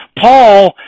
Paul